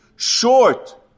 Short